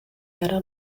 era